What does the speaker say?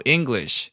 English